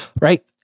right